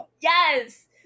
Yes